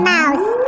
Mouse